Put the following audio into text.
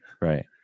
right